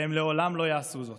והם לעולם לא יעשו זאת.